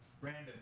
brandon